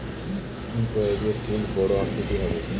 কি প্রয়োগে ফুল বড় আকৃতি হবে?